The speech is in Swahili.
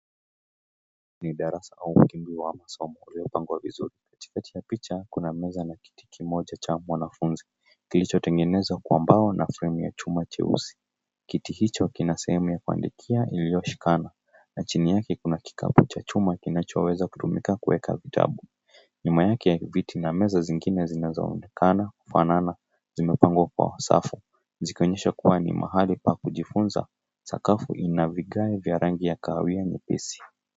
Hii ni darasa au kumbi wa masomo uliopangwa vizuri. Katikati ya picha kuna meza na kiti kimoja cha mwanafunzi kilichotengenezwa kwa mbao na fremu ya chuma cheusi. Kiti hicho kina sehemu ya kuandikia iliyoshikana na chini yake kuna kikapu cha chuma kinachoweza kutumika kuweka vitabu. Nyuma yake viti na meza zingine zinazoonekana kufanana zimepangwa kwa safu, zikionyesha kuwa ni mahali pa kujifunza. Sakafu ina vigae vya rangi ya kahawia na nyeupe.